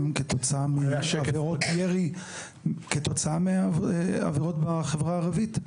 למספר הנפגעים מעבירות ירי שהוא כתוצאה מעבירות ירי בחברה הערבית?